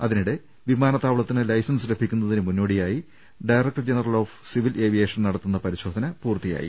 അതിനിടെ വിമാനത്താവളത്തിന് ലൈസൻസ് ലഭിക്കുന്ന തിന് മുന്നോടിയായി director general of civil aviation നടത്തുന്ന പരിശോധന പൂർത്തിയായി